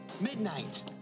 Midnight